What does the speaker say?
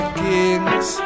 kings